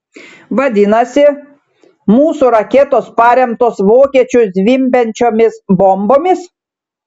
vadinasi mūsų raketos paremtos vokiečių zvimbiančiomis bombomis